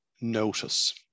notice